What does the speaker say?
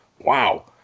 wow